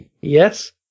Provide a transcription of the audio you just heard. Yes